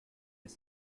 les